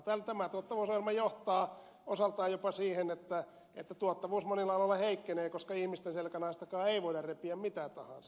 tämä tuottavuusohjelma johtaa osaltaan jopa siihen että tuottavuus monilla aloilla heikkenee koska ihmisten selkänahastakaan ei voida repiä mitä tahansa